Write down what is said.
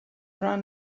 run